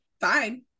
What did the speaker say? fine